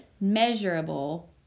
measurable